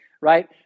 right